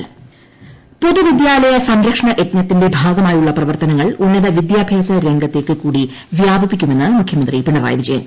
പിണറായി വിദ്യാലയ സംരക്ഷണ യജ്ഞം പൊതുവിദ്യാലയ സംരക്ഷണ യജ്ഞത്തിന്റെ ഭാഗമായുള്ള പ്രവർത്തനങ്ങൾ ഉന്നത വിദ്യാഭ്യാസ രംഗത്തേക്കു കൂടി വ്യാപിപ്പിക്കുമെന്ന് മുഖ്യമന്ത്രി പിണറായി വിജയൻ